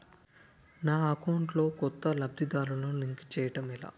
నా అకౌంట్ లో కొత్త లబ్ధిదారులను లింక్ చేయటం ఎలా?